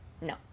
No